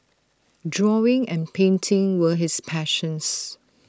drawing and painting were his passions